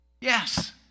Yes